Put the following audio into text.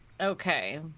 Okay